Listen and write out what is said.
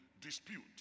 dispute